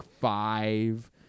five